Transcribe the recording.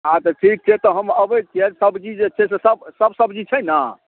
हाँ तऽ ठीक छै तऽ हम अबै छिअनि सब्जी जे छै से सब सब सब्जी छै ने